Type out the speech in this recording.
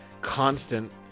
constant